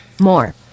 More